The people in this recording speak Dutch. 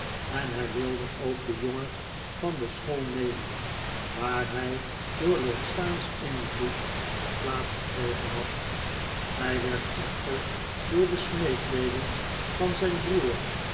en hij wilde ook den jongen van de school nemen waar hij door lord steyne's invloed een plaats gekregen had hij werd echter door de smeekbeden van zijn broer